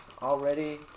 Already